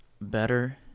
better